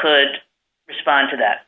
could respond to that